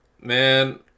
Man